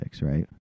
right